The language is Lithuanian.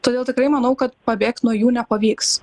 todėl tikrai manau kad pabėgt nuo jų nepavyks